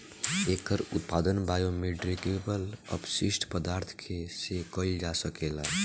एकर उत्पादन बायोडिग्रेडेबल अपशिष्ट पदार्थ से कईल जा सकेला